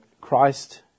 Christ